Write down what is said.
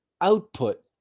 output